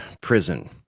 prison